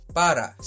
para